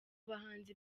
bahanzi